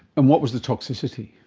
and what was the toxicity?